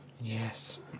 Yes